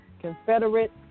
Confederate